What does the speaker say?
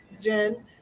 Jen